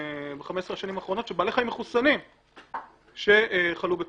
ב-15 השנים האחרונות שבעלי חיים מחוסנים חלו בכלבת.